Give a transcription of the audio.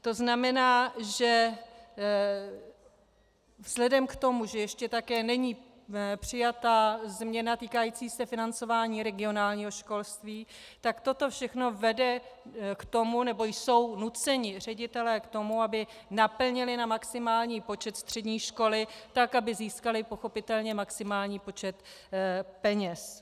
To znamená, že vzhledem k tomu, že ještě také není přijata změna týkající se financování regionálního školství, tak toto všechno vede k tomu, nebo jsou nuceni ředitelé k tomu, aby naplnili na maximální počet střední školy, tak aby získali pochopitelně maximální počet peněz.